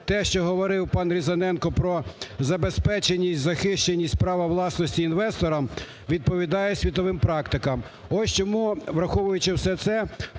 те, що говорив пан Різаненко про забезпеченість і захищеність права власності інвестора, відповідає світовим практикам. Ось чому, враховуючи все це,